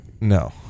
No